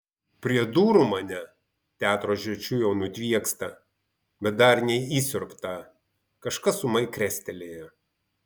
prie durų mane teatro žiočių jau nutviekstą bet dar neįsiurbtą kažkas ūmai krestelėjo